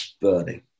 burning